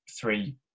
three